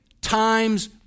times